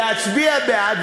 להצביע בעד,